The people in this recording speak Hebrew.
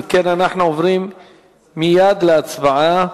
אם כן, אנו עוברים מייד להצבעה.